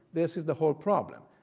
this is the whole problem.